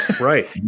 Right